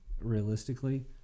realistically